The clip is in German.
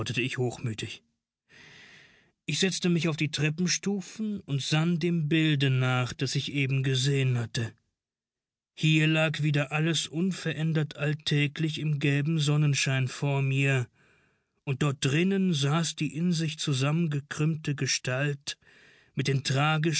hochmütig ich setzte mich auf die treppenstufen und sann dem bilde nach das ich eben gesehen hatte hier lag wieder alles unverändert alltäglich im gelben sonnenschein vor mir und dort drinnen saß die in sich zusammengekrümmte gestalt mit den